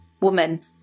woman